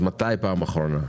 אז מתי בפעם האחרונה,